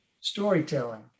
storytelling